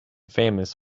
famous